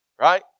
right